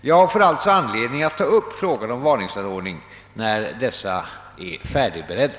Jag får alltså anledning att ta upp frågan om varningsanordning när dessa är färdigberedda.